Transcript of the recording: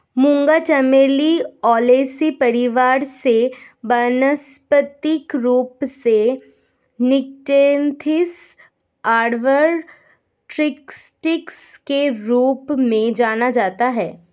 मूंगा चमेली ओलेसी परिवार से वानस्पतिक रूप से निक्टेन्थिस आर्बर ट्रिस्टिस के रूप में जाना जाता है